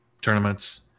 tournaments